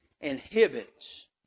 inhibits